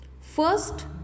first